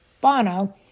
Bono